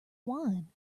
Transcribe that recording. wine